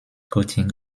coating